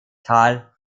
carl